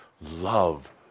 love